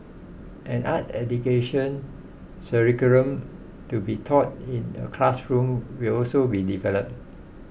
an art education curriculum to be taught in the classrooms will also be developed